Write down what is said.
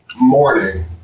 morning